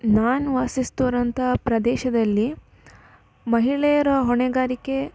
ನಾನು ವಾಸಿಸ್ತಿರೊಂತಹ ಪ್ರದೇಶದಲ್ಲಿ ಮಹಿಳೆಯರ ಹೊಣೆಗಾರಿಕೆ